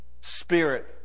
spirit